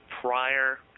Prior